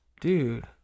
Dude